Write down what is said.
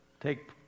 take